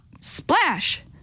Splash